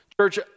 Church